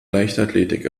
leichtathletik